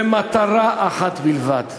זה במטרה אחת בלבד: